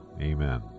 Amen